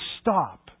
stop